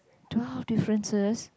twelve differences